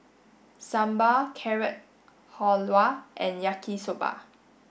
Sambar Carrot Halwa and Yaki Soba